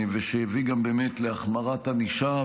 שהביא גם להחמרת ענישה,